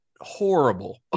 horrible